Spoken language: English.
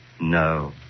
No